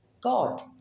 God